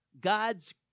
God's